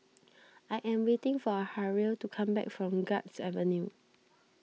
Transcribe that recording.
I am waiting for Harrell to come back from Guards Avenue